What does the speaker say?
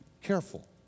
careful